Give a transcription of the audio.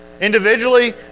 individually